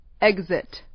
Exit